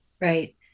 Right